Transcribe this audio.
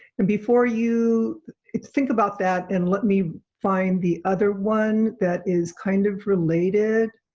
and before you think about that and let me find the other one that is kind of related.